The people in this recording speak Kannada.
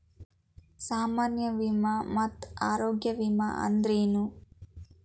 ಸಾಮಾನ್ಯ ವಿಮಾ ಮತ್ತ ಆರೋಗ್ಯ ವಿಮಾ ಅಂದ್ರೇನು?